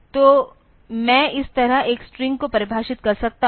तो मैं इस तरह एक स्ट्रिंग को परिभाषित कर सकता हूं